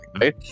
right